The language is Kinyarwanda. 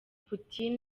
putin